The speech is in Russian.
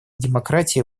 демократии